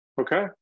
okay